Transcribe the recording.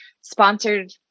sponsored